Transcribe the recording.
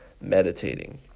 meditating